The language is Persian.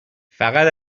فقط